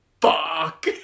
Fuck